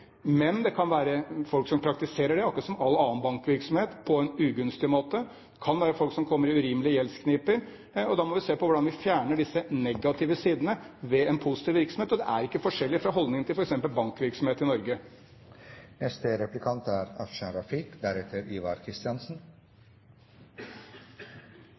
Men det kan være folk som praktiserer det på en ugunstig måte, akkurat som i all annen bankvirksomhet. Det kan være folk som kommer i en urimelig gjeldsknipe, og da må vi se på hvordan vi fjerner de negative sidene ved en positiv virksomhet – og det er ikke forskjellig fra holdningen til f.eks. bankvirksomhet i Norge.